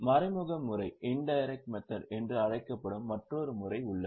மறைமுக முறை என்று அழைக்கப்படும் மற்றொரு முறை உள்ளது